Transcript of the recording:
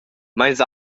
meins